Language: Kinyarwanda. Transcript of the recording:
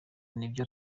nibyo